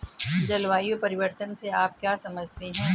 जलवायु परिवर्तन से आप क्या समझते हैं?